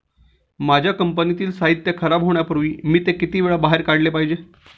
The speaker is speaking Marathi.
माझ्या कंपनीतील साहित्य खराब होण्यापूर्वी मी ते किती वेळा बाहेर काढले पाहिजे?